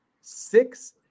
six